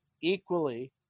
equally